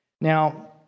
Now